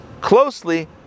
closely